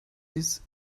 bis